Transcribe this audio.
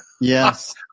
Yes